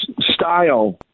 style